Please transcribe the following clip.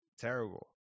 terrible